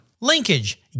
Linkage